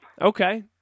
Okay